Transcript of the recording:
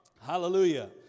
Hallelujah